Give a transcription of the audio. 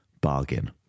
Bargain